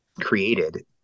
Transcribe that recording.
created